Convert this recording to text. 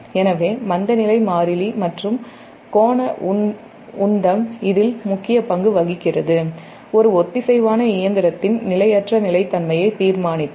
எனவே மந்தநிலை மாறிலி மற்றும் கோண உந்தம் இதில் முக்கிய பங்கு வகிக்கிறது ஒரு ஒத்திசைவான இயந்திரத்தின் நிலையற்ற நிலைத்தன்மையை தீர்மானித்தல்